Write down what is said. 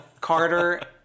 Carter